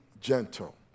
gentle